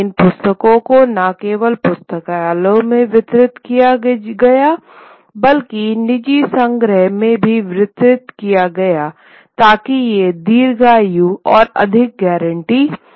इन पुस्तकों को न केवल पुस्तकालयों में वितरित किया गया बल्कि निजी संग्रह में भी वितरित किया गया ताकि ये दीर्घायु और अधिक गारंटी हो